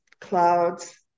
clouds